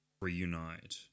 reunite